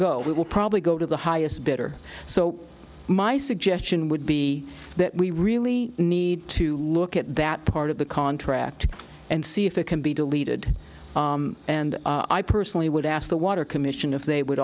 it will probably go to the highest bidder so my suggestion would be that we really need to look at that part of the contract and see if it can be deleted and i personally would ask the water commission if they would